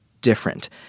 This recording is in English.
different